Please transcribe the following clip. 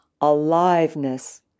aliveness